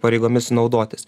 pareigomis naudotis